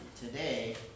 today